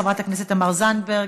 חברת הכנסת תמר זנדברג,